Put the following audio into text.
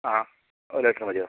ആഹ് ഒരു ലിറ്റർ മതിയോ